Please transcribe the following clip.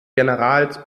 generals